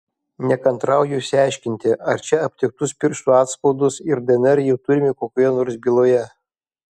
nekantrauju išsiaiškinti ar čia aptiktus pirštų atspaudus ir dnr jau turime kokioje nors byloje